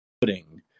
pudding